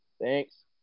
Thanks